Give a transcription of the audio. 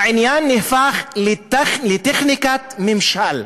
העניין נהפך לטכניקת ממשל.